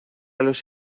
los